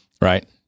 right